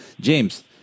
James